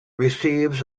receives